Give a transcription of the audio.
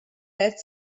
that